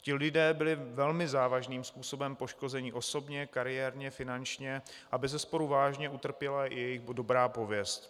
Ti lidé byli velmi závažným způsobem poškozeni osobně, kariérně, finančně a bezesporu vážně utrpěla i jejich dobrá pověst.